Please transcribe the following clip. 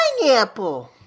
Pineapple